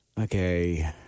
Okay